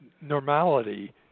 normality